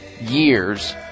years